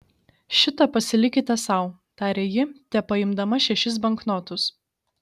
šitą pasilikite sau tarė ji tepaimdama šešis banknotus